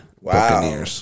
Wow